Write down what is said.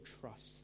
trust